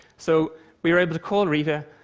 so we were able to call rita,